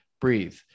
breathe